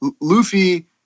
Luffy